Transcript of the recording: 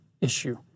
issue